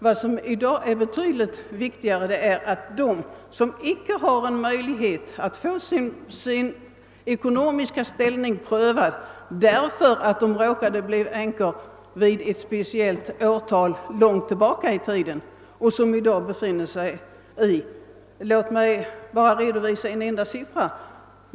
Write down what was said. Vad som i dag är betydligt viktigare är att tillgodose dem som icke har möjlighet att få sin ekonomiska ställning prövad, därför att de råkade bli änkor ett speciellt år långt tillbaka i tiden, och som i dag befinner sig i en svår situation. Låt mig bara redovisa en enda sifferuppgift.